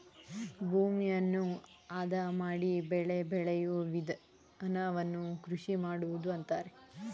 ಭೂಮಿಯನ್ನು ಅದ ಮಾಡಿ ಬೆಳೆ ಬೆಳೆಯೂ ವಿಧಾನವನ್ನು ಕೃಷಿ ಮಾಡುವುದು ಅಂತರೆ